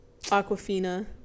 Aquafina